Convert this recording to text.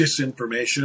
disinformation